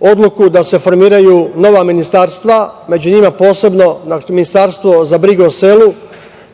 odluku da se formiraju nova ministarstva, među njima posebno ministarstvo za brigu o selu,